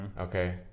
okay